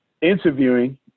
Interviewing